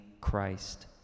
Christ